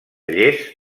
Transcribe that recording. lles